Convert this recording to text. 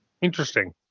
interesting